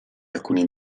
alcuni